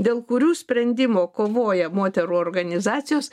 dėl kurių sprendimo kovoja moterų organizacijos